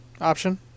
option